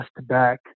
back